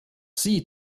sie